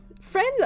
Friends